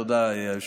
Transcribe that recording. תודה, היושב-ראש.